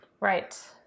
right